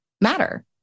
matter